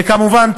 וכמובן,